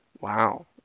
Wow